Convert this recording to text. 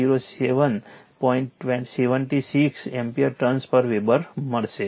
76 ampere turns પર weber મળશે